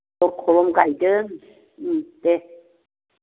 खम गायदों दे